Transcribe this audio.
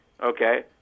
okay